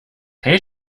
hey